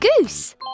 Goose